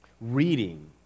reading